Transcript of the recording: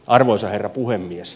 arvoisa herra puhemies